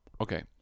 Okay